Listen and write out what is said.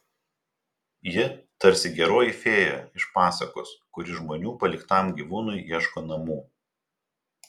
ji tarsi geroji fėja iš pasakos kuri žmonių paliktam gyvūnui ieško namų